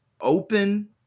open